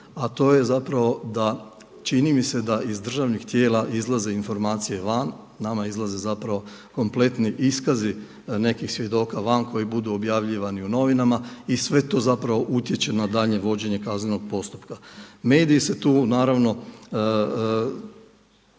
a to je zapravo da, čini mi se da iz državnih tijela izlaze informacije van, nama izlaze zapravo kompletni iskazi nekih svjedoka van koji budu objavljivani u novinama i sve to zapravo utječe na daljnje vođenje kaznenog postupka. Mediji se tu naravno